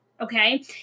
Okay